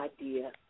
idea